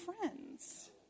friends